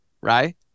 right